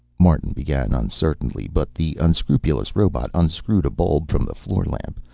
martin began uncertainly, but the unscrupulous robot unscrewed a bulb from the floor lamp,